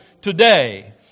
today